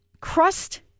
crust